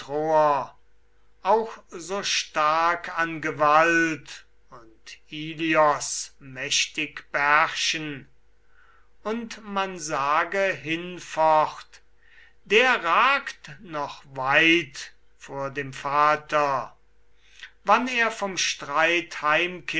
auch so stark an gewalt und ilios mächtig beherrschen und man sage hinfort der ragt noch weit vor dem vater jener sprach's